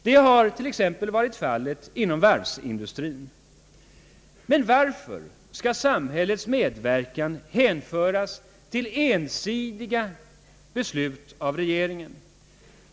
Det har t.ex. varit fallet inom varvsindustrien. Men varför skall samhällets medverkan hänföras till ensidiga beslut av regeringen?